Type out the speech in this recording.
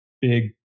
big